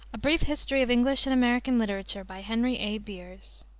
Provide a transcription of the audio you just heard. brief history of english and american literature, by henry a. beers,